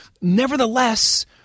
nevertheless